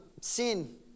sin